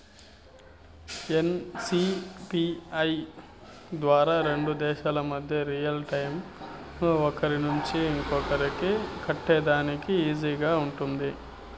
NCPI ద్వారా రెండు దేశాల మధ్య రియల్ టైము ఒకరి నుంచి ఒకరికి కట్టేదానికి ఈజీగా గా ఉంటుందా?